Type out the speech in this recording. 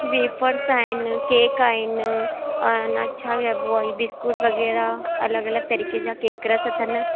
wafers आहिनि cake आहिनि अ न छ अ अबवाई बिस्कुट वग़ैरह अलॻि अलॻि तरीके़ जा केक रस अथनि